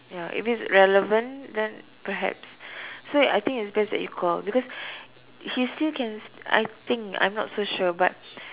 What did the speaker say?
ya if it's relevant then perhaps so I think it's best that you call because he still can I think I'm not so sure but